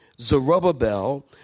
Zerubbabel